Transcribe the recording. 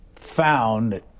Found